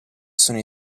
sono